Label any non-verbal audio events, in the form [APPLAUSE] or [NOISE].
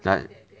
[NOISE]